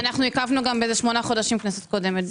אנחנו עיכבנו גם בשמונה חודשים בכנסת הקודמת.